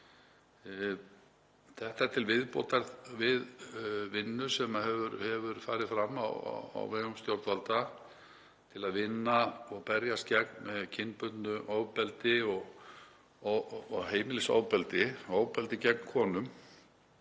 — þær eru til viðbótar við vinnu sem hefur farið fram á vegum stjórnvalda til að vinna gegn og berjast gegn kynbundnu ofbeldi og heimilisofbeldi, ofbeldi gegn konum,